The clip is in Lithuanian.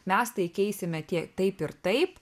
mes tai keisime tie taip ir taip